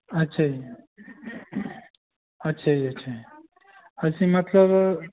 ਅੱਛਾ ਜੀ ਅੱਛਾ ਜੀ ਅੱਛਾ ਅਸੀਂ ਮਤਲਬ